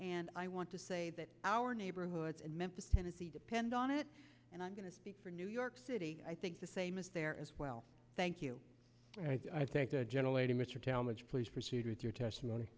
and i want to say that our neighborhoods in memphis tennessee depend on it and i'm going to speak for new york city i think the same is there as well thank you i think the general a to mr talmage please proceed with your testimony